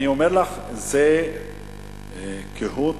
אני אומר לך, זו קהות